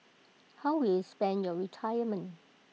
how will you spend your retirement